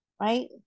right